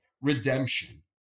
redemption